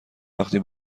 وقتی